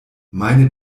meine